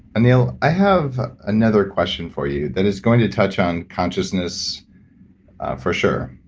anil, i have another question for you that is going to touch on consciousness for sure.